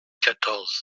quatorze